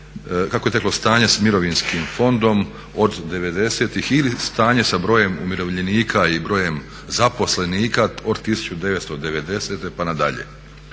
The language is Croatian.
kako je teklo stanje s Mirovinskim fondom od '90-ih ili stanje sa brojem umirovljenika i brojem zaposlenika od 1990. pa nadalje.